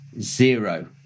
zero